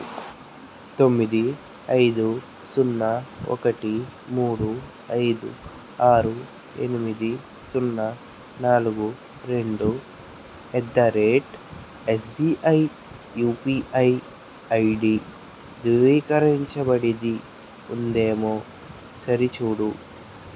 తొమ్మిది ఐదు సున్నా ఒకటి మూడు ఐదు ఆరు ఎనిమిది సున్నా నాలుగు రెండు at the rate SBI UPI ID ధృవీకరించబడినది ఉందేమో సరిచూడు